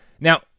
Now